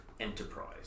enterprise